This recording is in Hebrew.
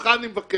ממך אני מבקש,